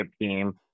team